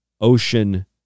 ocean